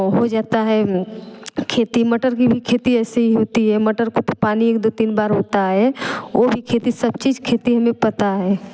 हो जाता है खेती मटर की भी खेती ऐसे ही होती है मटर के ऊपर पानी एक दो तीन बार होता है वो भी खेती सब चीज खेती हमें पता है